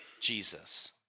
Jesus